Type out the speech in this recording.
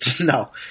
No